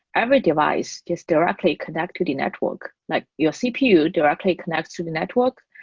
every device is directly connects to the network. like your cpu directly connects to the network,